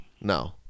No